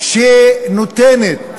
שנותנת